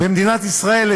במדינת ישראל,